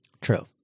true